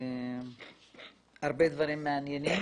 הרבה דברים מעניינים,